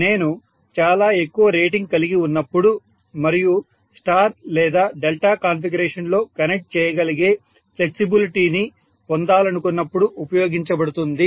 నేను చాలా ఎక్కువ రేటింగ్ కలిగి ఉన్నప్పుడు మరియు స్టార్ లేదా డెల్టా కాన్ఫిగరేషన్లో కనెక్ట్ చేయగలిగే ఫ్లెక్సిబిలిటీని పొందాలనుకున్నప్పుడు ఉపయోగించబడుతుంది